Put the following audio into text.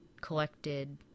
collected